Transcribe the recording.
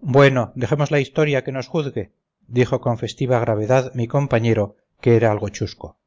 bueno dejemos a la historia que nos juzgue dijo con festiva gravedad mi compañero que era algo chusco